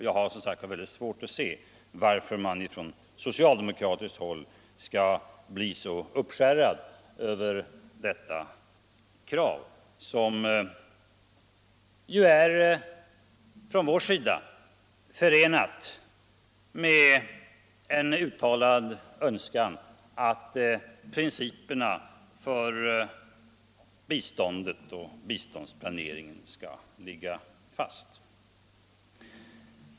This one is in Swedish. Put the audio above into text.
Jag har som sagt väldigt svårt att se varför man ifrån socialdemokratiskt håll skall behöva bli så uppskärrad över detta krav som från vår sida är förenat med ett klart uttalande att principerna för biståndet och biståndsplaneringen skall ligga fast.